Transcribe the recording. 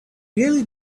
really